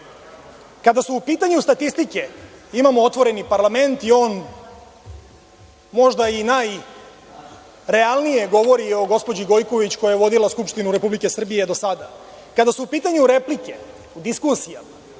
su u pitanju statistike imamo otvoreni parlament i on možda i najrealnije govori o gospođi Gojković koja je vodila Skupštinu Republike Srbije do sada. Kada su u pitanju replike diskusija,